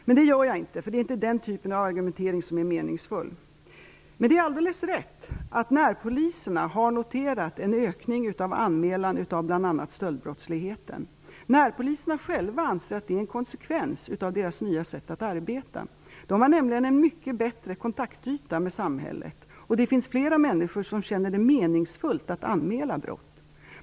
Men det göra jag inte, för det är inte den typen av argumentering som är meningsfull. Men det är alldeles rätt att närpoliserna har noterat en ökning av anmälan av bl.a. stöldbrottslighet. Närpoliserna själva anser att det är en konsekvens av deras nya sätt att arbeta. De har nämligen en mycket bättre kontaktyta i samhället, och det finns fler människor som känner det meningsfullt att anmäla brott.